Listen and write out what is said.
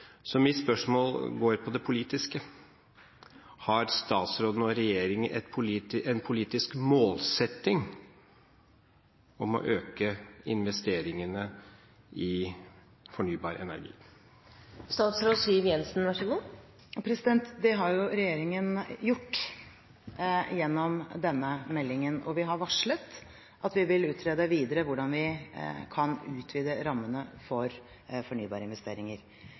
Mitt spørsmål går på det politiske. Har statsråden og regjeringen en politisk målsetting om å øke investeringene i fornybar energi? Det har jo regjeringen gjort gjennom denne meldingen, og vi har varslet at vi vil utrede videre hvordan vi kan utvide rammene for